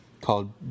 called